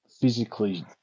physically